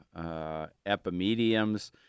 epimediums